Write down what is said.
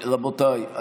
רבותיי,